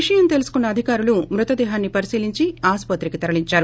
విషయం తెలుసుకున్న అధికారులు మృతదేహాన్ని పరిశీలించి ఆసుపత్రికి తరలించారు